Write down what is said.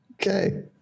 Okay